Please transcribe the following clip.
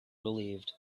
relieved